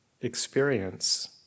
experience